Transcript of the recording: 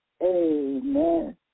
Amen